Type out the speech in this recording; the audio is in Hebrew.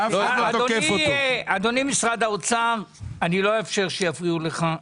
אדוני משרד האוצר, אני לא אאפשר שיפריעו לך.